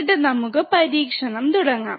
എന്നിട്ട് നമുക്ക് പരീക്ഷണം തുടങ്ങാം